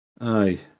Aye